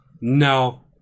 No